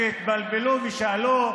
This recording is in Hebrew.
שאלה,